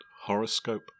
Horoscope